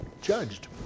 judged